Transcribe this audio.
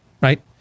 right